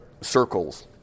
circles